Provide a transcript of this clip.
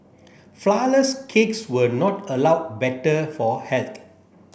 flour less cakes were not allow better for health